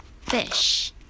fish